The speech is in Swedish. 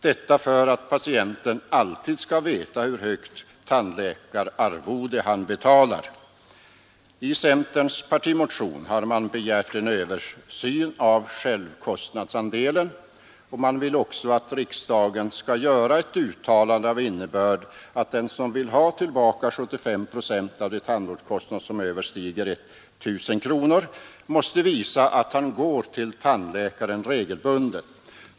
Detta för att patienten alltid skall veta hur högt tandläkararvode han betalar. I centerns partimotion har man begärt en översyn av kostnadsandelen, och man vill också att riksdagen skall göra ett uttalande av innebörd att den som vill ha tillbaka 75 procent av de tandvårdskostnader som överstiger 1 000 kronor måste visa att han går till tandläkaren regelbundet.